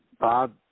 Bob